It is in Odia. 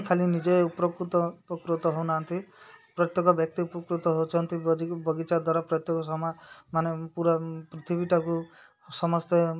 ଖାଲି ନିଜେ ଉପକୃତ ଉପକୃତ ହଉନାହାନ୍ତି ପ୍ରତ୍ୟେକ ବ୍ୟକ୍ତି ଉପକୃତ ହଉଛନ୍ତି ବଗିଚା ଦ୍ୱାରା ପ୍ରତ୍ୟେକ ସମ ମାନେ ପୁରା ପୃଥିବୀଟାକୁ ସମସ୍ତେ